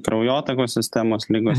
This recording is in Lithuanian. kraujotakos sistemos ligos